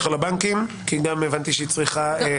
על הבנקים כי הבנתי שהיא צריכה לצאת.